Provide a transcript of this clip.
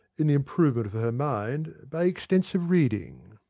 in the improvement of her mind by extensive reading.